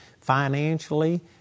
financially